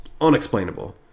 Unexplainable